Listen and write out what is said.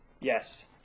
Yes